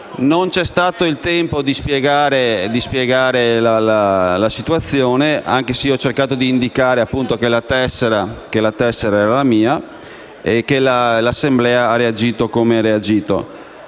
Non vi è stato il tempo di spiegare la situazione, anche se ho cercato di indicare che la tessera era mia e l'Assemblea ha reagito come ha reagito,